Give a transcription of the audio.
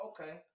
okay